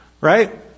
Right